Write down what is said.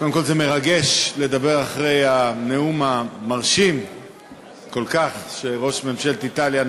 קודם כול זה מרגש לדבר אחרי הנאום המרשים כל כך של ראש ממשלת איטליה.